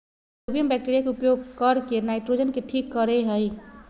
rhizobium bacteria के उपयोग करके नाइट्रोजन के ठीक करेय हइ